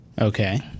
Okay